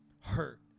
hurt